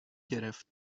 گرفت